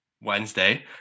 Wednesday